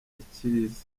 icyiza